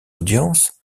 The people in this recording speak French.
audiences